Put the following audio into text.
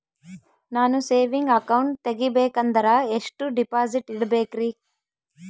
ನಾನು saving account ತೆಗಿಬೇಕಂದರ ಎಷ್ಟು ಡಿಪಾಸಿಟ್ ಇಡಬೇಕ್ರಿ?